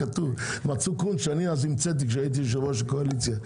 מצאו קונץ שאני המצאתי כשהייתי יושב-ראש הקואליציה.